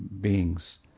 beings